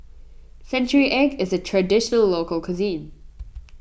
Century Egg is a Traditional Local Cuisine